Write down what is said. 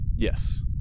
Yes